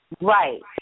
Right